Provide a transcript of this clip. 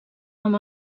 amb